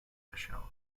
special